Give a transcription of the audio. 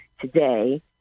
today